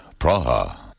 Praha